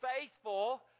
faithful